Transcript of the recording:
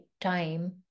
time